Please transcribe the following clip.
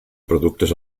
productes